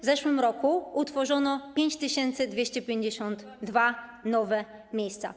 W zeszłym roku utworzono 5252 nowe miejsca.